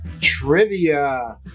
trivia